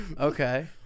Okay